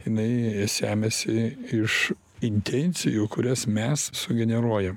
jinai semiasi iš intencijų kurias mes sugeneruojam